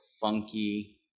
funky